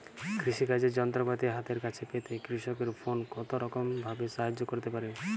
কৃষিকাজের যন্ত্রপাতি হাতের কাছে পেতে কৃষকের ফোন কত রকম ভাবে সাহায্য করতে পারে?